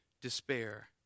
despair